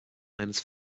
eines